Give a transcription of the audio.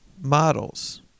models